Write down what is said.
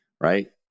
right